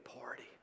party